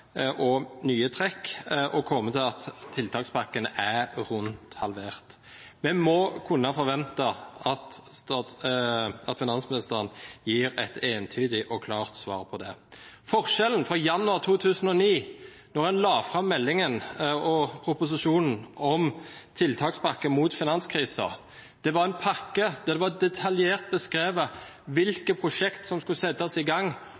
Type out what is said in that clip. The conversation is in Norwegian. og nye trekk og kommet til at tiltakspakken er rundt halvert. Vi må kunne forvente at finansministeren gir et entydig og klart svar på det. Forskjellen fra januar 2009, da en la fram meldingen og proposisjonen om tiltakspakke mot finanskrisen, var at det var en pakke der det var detaljert beskrevet hvilke prosjekt som skulle settes i gang,